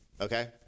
Okay